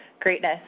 greatness